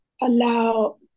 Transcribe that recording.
allow